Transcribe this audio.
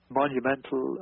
monumental